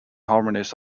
harmonies